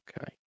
Okay